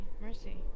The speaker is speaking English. Mercy